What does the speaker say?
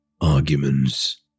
arguments